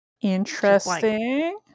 interesting